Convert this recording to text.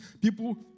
People